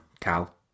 Cal